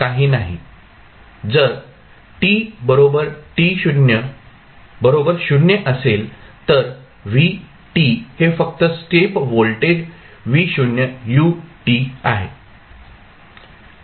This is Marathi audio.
जर t बरोबर बरोबर 0 असेल तर v हे फक्त स्टेप व्होल्टेज आहे